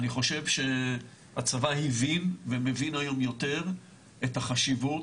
אני חושב שהצבא הבין ומבין היום יותר את החשיבות,